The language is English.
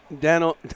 Daniel